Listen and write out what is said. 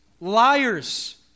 Liars